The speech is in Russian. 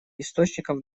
источником